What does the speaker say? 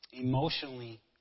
emotionally